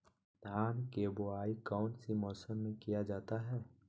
धान के बोआई कौन सी मौसम में किया जाता है?